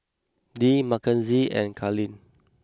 Dee Makenzie and Kalyn